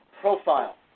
profile